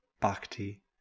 bhakti